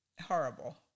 Horrible